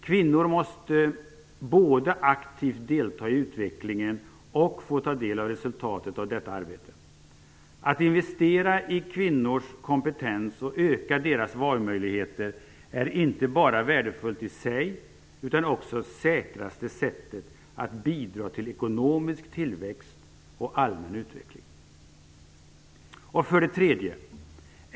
Kvinnor måste både aktivt delta i utvecklingen och få ta del av resultatet av detta arbete. Att investera i kvinnors kompetens och öka deras valmöjligheter är inte bara värdefullt i sig utan också säkraste sättet att bidra till ekonomisk tillväxt och allmän utveckling. 3.